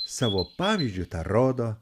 savo pavyzdžiu tą rodo